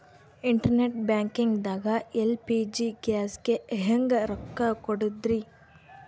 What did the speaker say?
Internet banking ದಾಗ LPG ಗ್ಯಾಸ್ಗೆ ಹೆಂಗ್ ರೊಕ್ಕ ಕೊಡದ್ರಿ?